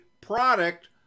product